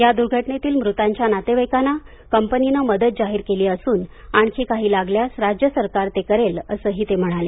या दुर्घटनेतील मृतांच्या नातेवाईकांना कंपनीने मदत जाहीर केली असून आणखी काही लागल्यास राज्य सरकार ते करेल असेही ते म्हणाले